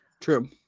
True